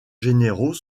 généraux